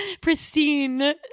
pristine